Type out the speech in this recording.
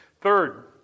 Third